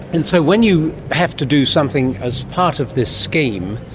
and so when you have to do something as part of this scheme,